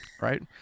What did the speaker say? Right